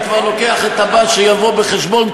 אני כבר לוקח את הבא שיבוא בחשבון,